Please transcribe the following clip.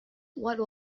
what